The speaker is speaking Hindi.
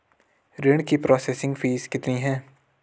ऋण की प्रोसेसिंग फीस कितनी है?